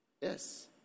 Yes